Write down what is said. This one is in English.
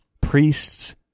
priests